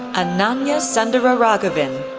and ananya sundararaghavan,